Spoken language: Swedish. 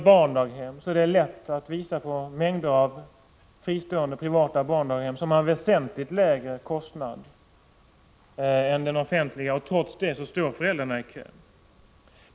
Inom barnomsorgen är det lätt att visa på att mängder av fristående privata daghem har väsentligt lägre kostnader än den offentliga sektorns. Trots det står föräldrarna i kö.